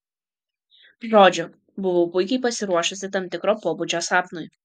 žodžiu buvau puikiai pasiruošusi tam tikro pobūdžio sapnui